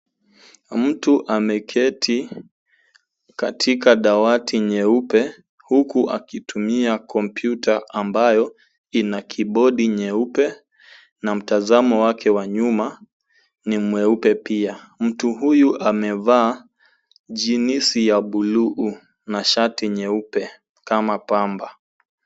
Mtu ameketi katika dawati nyeupe huku akitumia kompyuta ambayo ina keyboardib nyeupe na mtazamo wake wa nyuma ni mweupe pia. Mtu huyu amevaa jeansi ya buluu na shati nyeupe kama pamba.